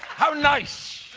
how nice.